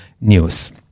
news